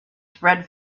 spread